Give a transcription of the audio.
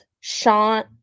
sean